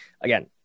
again